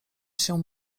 się